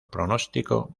pronóstico